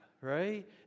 right